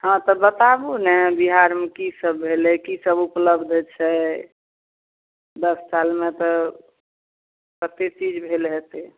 हॅं तऽ बताबू ने बिहारमे की सभ भेलै की सभ उपलब्ध छै दस सालमे तऽ कते चीज भेल हेतै